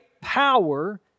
power